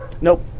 Nope